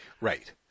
right